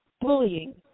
Bullying